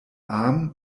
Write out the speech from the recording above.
arm